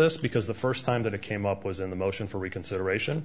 this because the first time that it came up was in the motion for reconsideration